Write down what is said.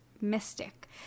mystic